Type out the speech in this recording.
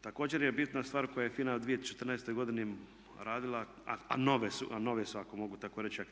Također je bitna stvar koju je FINA u 2014. godini radila a nove su aktivnosti ako mogu tako reći